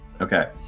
okay